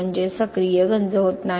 म्हणजे सक्रिय गंज होत नाही